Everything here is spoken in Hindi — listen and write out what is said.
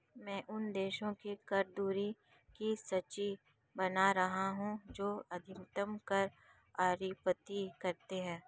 मैं उन देशों के कर दरों की सूची बना रहा हूं जो अधिकतम कर आरोपित करते हैं